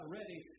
ready